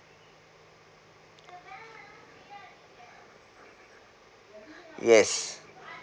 yes